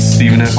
Stephen